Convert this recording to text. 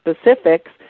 specifics